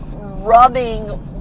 rubbing